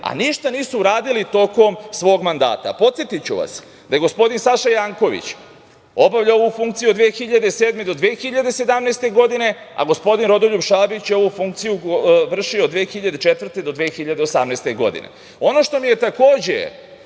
a ništa nisu uradili tokom svog mandata. Podsetiću vas da je gospodin Saša Janković obavljao ovu funkciju od 2007. do 2017. godine, a gospodin Rodoljub Šabić je ovu funkciju vršio od 2004. do 2018. godine. Ono što mi je takođe